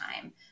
time